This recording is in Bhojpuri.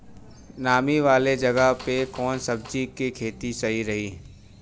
नामी वाले जगह पे कवन सब्जी के खेती सही होई?